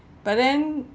but then